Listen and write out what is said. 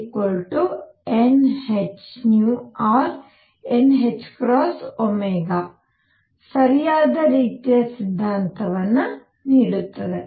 Enh or nℏω ಸರಿಯಾದ ರೀತಿಯ ಸಿದ್ಧಾಂತವನ್ನು ನೀಡುತ್ತದೆ